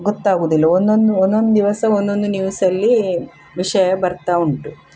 ಗೊತ್ತಾಗುವುದಿಲ್ಲ ಒಂದೊಂದು ಒಂದೊಂದು ದಿವಸ ಒಂದೊಂದು ನ್ಯೂಸಲ್ಲಿ ವಿಷಯ ಬರ್ತಾ ಉಂಟು